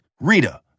Rita